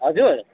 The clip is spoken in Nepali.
हजुर